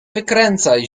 wykręcaj